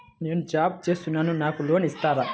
నేను జాబ్ చేస్తున్నాను నాకు లోన్ ఇస్తారా?